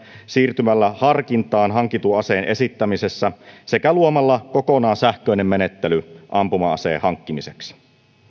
siirtymällä harkintaan hankitun aseen esittämisessä sekä luomalla kokonaan sähköinen menettely ampuma aseen hankkimiseksi